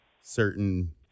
certain